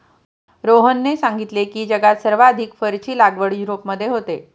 रोहनने सांगितले की, जगात सर्वाधिक फरची लागवड युरोपमध्ये होते